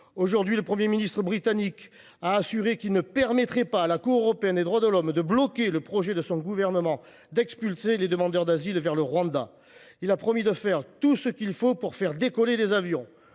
Aujourd’hui, le Premier ministre britannique a assuré qu’il ne permettrait pas à la Cour européenne des droits de l’homme de bloquer le projet de son gouvernement d’expulser des demandeurs d’asile vers le Rwanda. Il a promis de faire tout ce qu’il faudra pour faire décoller des avions.